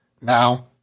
Now